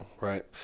Right